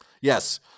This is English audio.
Yes